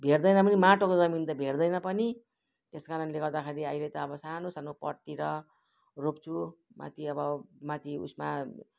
भेट्दैन पनि माटोको जमिन त भेट्दैन पनि त्यस कारणले गर्दाखेरि अहिले त अब सानो सानो पटतिर रोप्छु माथि अब माथि उसमा